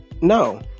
No